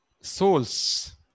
souls